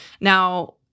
Now